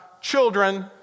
children